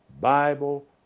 Bible